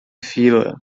fila